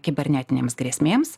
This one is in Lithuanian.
kibernetinėms grėsmėms